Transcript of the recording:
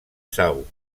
sau